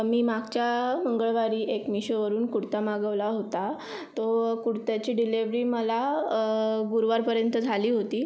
मी मागच्या मंगळवारी एक मीशोवरून कुडता मागवला होता तो कुडत्याची डिलिवरी मला गुरुवारपर्यंत झाली होती